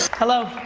hello.